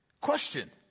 question